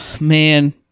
man